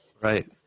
Right